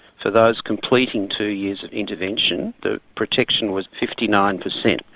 for those completing two years intervention the protection was fifty nine percent.